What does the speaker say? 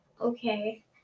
Okay